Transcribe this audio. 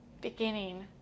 beginning